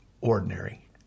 ordinary